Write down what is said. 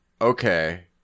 Okay